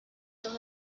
tus